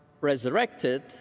resurrected